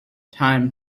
time